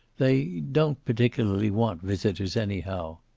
they don't particularly want visitors, anyhow.